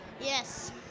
Yes